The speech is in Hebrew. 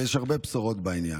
ויש הרבה בשורות בעניין.